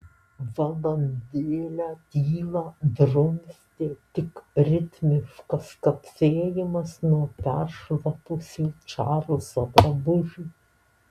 valandėlę tylą drumstė tik ritmiškas kapsėjimas nuo peršlapusių čarlzo drabužių